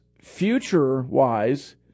future-wise